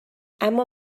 اما